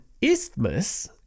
isthmus